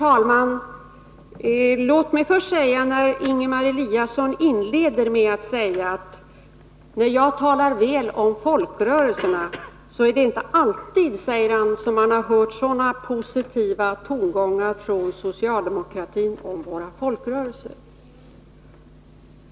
Herr talman! Ingemar Eliasson inledde med att peka på att jag talade väl om folkrörelserna, och han framhöll att han inte alltid hört så positiva tongångar från socialdemokratin om våra folkrörelser.